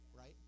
right